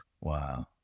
Wow